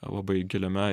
labai giliame